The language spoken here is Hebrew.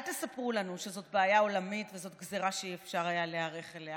אל תספרו לנו שזאת בעיה עולמית וזאת גזרה שאי-אפשר היה להיערך אליה,